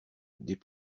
des